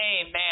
Amen